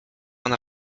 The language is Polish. ona